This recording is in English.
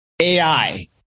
AI